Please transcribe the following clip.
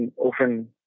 often